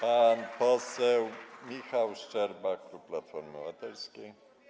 Pan poseł Michał Szczerba, klub Platformy Obywatelskiej.